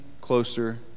closer